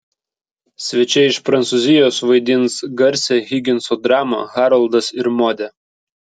svečiai iš prancūzijos vaidins garsią higinso dramą haroldas ir modė